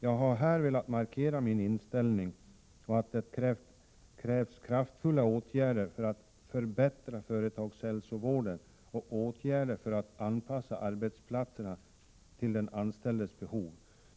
Jag har här velat markera min inställning, att det krävs kraftfulla åtgärder för att förbättra företagshälsovården och för att anpassa arbetsplatserna till den anställdes behov.